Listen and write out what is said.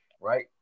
right